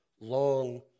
long